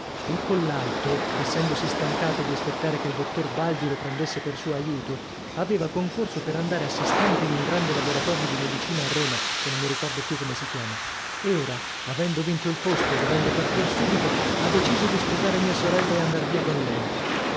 il collalto essendosi stancato di aspettare che il dottor baldi lo prendesse per suo aiuto aveva concorso per andare assistente in un grande laboratorio di medicina a roma che non mi ricordo più come si chiama e ora avendo vinto il posto e dovendo partir subito ha deciso di sposare mia sorella e andar via con lei